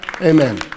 Amen